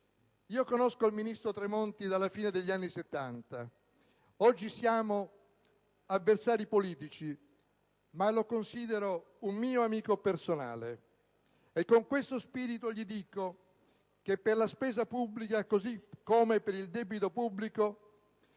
Conosco il ministro Tremonti dalla fine degli anni Settanta. Oggi siamo avversari politici, ma lo considero un mio amico personale. Con questo spirito gli dico che per la spesa pubblica, così come per il debito pubblico,